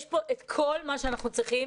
יש פה את כל מה שאנחנו צריכים